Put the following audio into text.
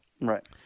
Right